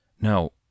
Now